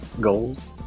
goals